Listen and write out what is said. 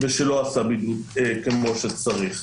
שלא עשה בידוד כמו שצריך.